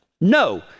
No